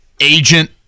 agent